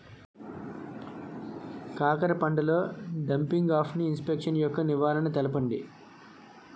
కాకర పంటలో డంపింగ్ఆఫ్ని ఇన్ఫెక్షన్ యెక్క నివారణలు తెలపండి?